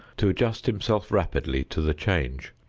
to adjust himself rapidly to the change.